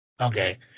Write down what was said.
Okay